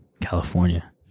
California